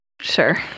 sure